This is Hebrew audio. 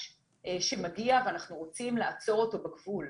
שמגיע ואנחנו רוצים לעצור אותו בגבול.